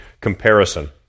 comparison